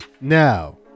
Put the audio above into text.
Now